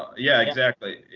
yeah, exactly.